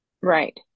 Right